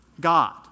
God